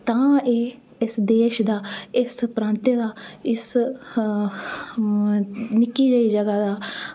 तां एह् इस देश दा इस प्रांतें दा इस निक्की जेही जगह दा